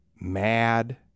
mad